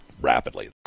rapidly